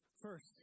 First